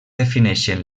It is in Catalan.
defineixen